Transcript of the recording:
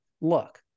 look